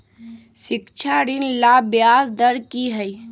शिक्षा ऋण ला ब्याज दर कि हई?